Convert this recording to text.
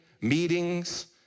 meetings